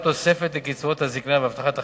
תוספת לקצבאות הזיקנה והבטחת הכנסה.